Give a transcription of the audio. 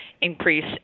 increase